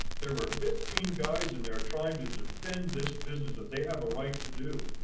there were fifteen guys in there trying to defend this business that they have a right to do.